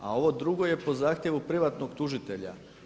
A ovo drugo je po zahtjevu privatnog tužitelja.